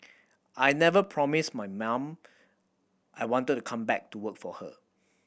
I never promised my ma'am I wanted to come back to work for her